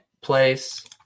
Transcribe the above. place